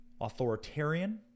authoritarian